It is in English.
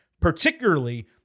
particularly